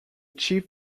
chief